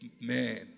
man